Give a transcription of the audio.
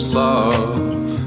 love